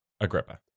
Agrippa